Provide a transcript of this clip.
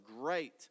great